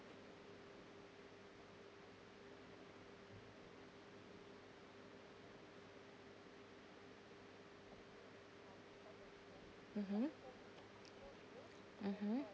mmhmm mmhmm